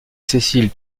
sessiles